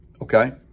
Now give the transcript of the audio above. okay